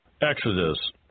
Exodus